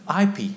IP